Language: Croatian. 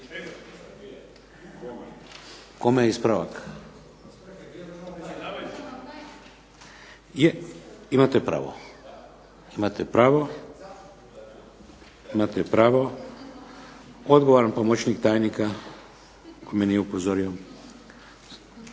se ne razumije./… Imate pravo, imate pravo. Odgovoran je pomoćnik tajnika koji me nije upozorio.